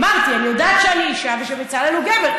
אמרתי, אני יודעת שאני אישה ושבצלאל הוא גבר.